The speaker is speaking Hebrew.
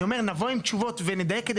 אני אומר, נבוא עם תשובות ונדייק כדי